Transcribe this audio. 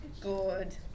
Good